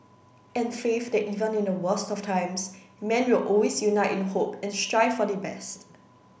and faith that even in the worst of times man will always unite in hope and strive for the best